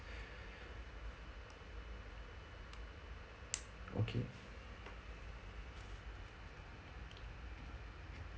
okay